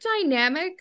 dynamic